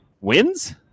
wins